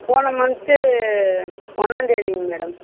போன மந்த்து ஒன்னாந்தேதிங்க மேடம்